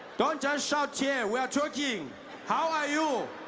don't just shout here, we are talking how are you?